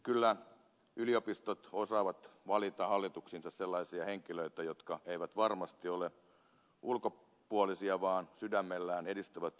kyllä yliopistot osaavat valita hallituksiinsa sellaisia henkilöitä jotka eivät varmasti ole ulkopuolisia vaan sydämellään edistävät yliopiston asiaa